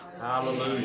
Hallelujah